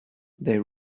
they